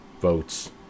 votes